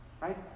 Right